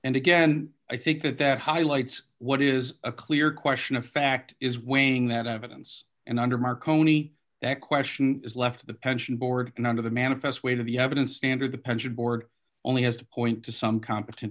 and again i think that that highlights what is a clear question of fact is weighing that evidence and under marconi that question is left to the pension board and under the manifest weight of the evidence standard the pension board only has to point to some competent